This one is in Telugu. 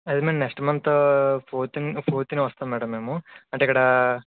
అదే మ్యాడమ్ నెక్స్ట్ మంత్ ఫోర్త్ న ఫోర్త్ నే వస్తాం మ్యాడమ్ మేము అంటే ఇక్కడ